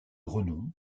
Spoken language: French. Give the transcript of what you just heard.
renom